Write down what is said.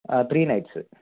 ആ three nights